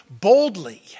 boldly